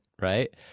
right